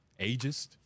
ageist